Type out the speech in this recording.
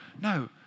No